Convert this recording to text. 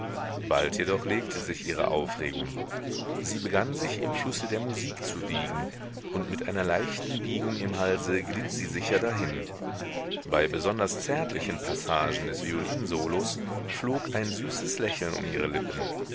bald jedoch legte sich ihre aufregung sie begann sich im flusse der musik zu wiegen und mit einer leichten biegung im halse glitt sie sicher dahin bei besonders zärtlichen passagen des violinsolos flog ein süßes lächeln um ihre lippen